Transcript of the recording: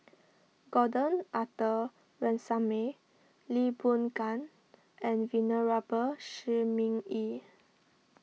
Gordon Arthur Ransome Lee Boon Ngan and Venerable Shi Ming Yi